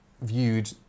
viewed